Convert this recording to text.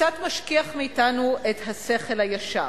קצת משכיח מאתנו את השכל הישר.